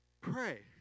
pray